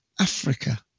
Africa